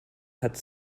hat